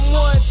one